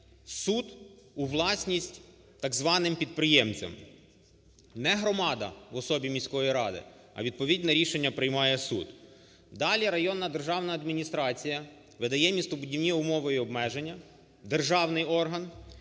суд у власність так званим підприємцям. Не громада в особі міської ради, а відповідне рішення приймає суд. Далі районна державна адміністрація видає містобудівні умови і обмеження державний орган,